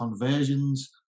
conversions